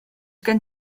gen